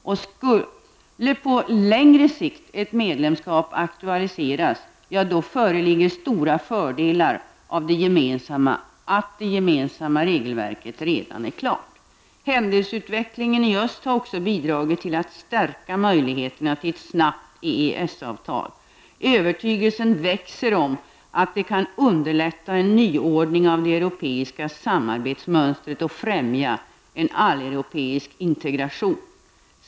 Och skulle på längre sikt ett medlemskap aktualiseras, ja då föreligger stora fördelar genom att det gemensamma regelverket redan är klart. Händelseutvecklingen i öst har också bidragit till att stärka möjligheterna till ett snabbt EES-avtal. Övertygelsen växer om att det kan underlätta en nyordning av det europeiska samarbetsmönstret, och främja en alleuropeisk integration.